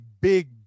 big